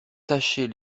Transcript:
tâcher